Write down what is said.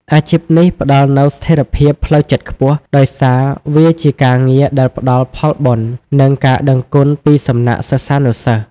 អាជីពនេះផ្តល់នូវស្ថិរភាពផ្លូវចិត្តខ្ពស់ ដោយសារវាជាការងារដែលផ្តល់ផលបុណ្យ និងការដឹងគុណពីសំណាក់សិស្សានុសិស្ស។